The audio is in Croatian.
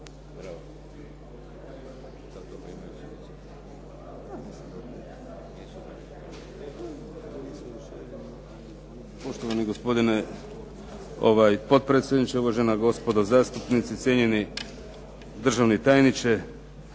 Poštovani gospodine potpredsjedniče, uvažena gospodo zastupnici, cijenjeni državni tajniče.